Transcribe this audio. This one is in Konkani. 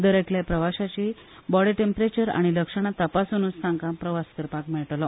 दर एकल्या प्रवाशाची बॉडी टेंप्रेचर आनी लक्षणा तपासूनूच तांका प्रवास करपाक मेळटलो